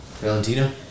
Valentina